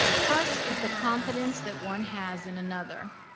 trust is the confidence that one has in another.